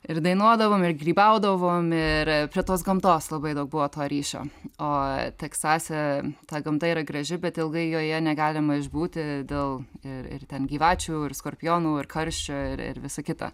ir dainuodavom ir grybaudavom ir prie tos gamtos labai daug buvo to ryšio o teksase ta gamta yra graži bet ilgai joje negalima išbūti dėl ir ir ten gyvačių ir skorpionų ir karščio ir ir visa kita